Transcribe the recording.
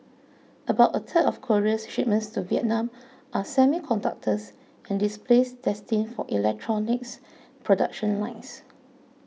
about a third of Korea's shipments to Vietnam are semiconductors and displays destined for electronics production lines